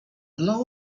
dla